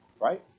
Right